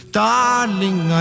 darling